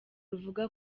ruvuga